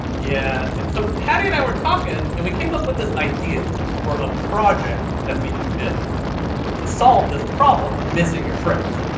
yeah. and so hattie and i were talking, and we came up with this idea for a project that we can build to solve this problem of missing your friends.